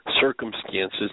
circumstances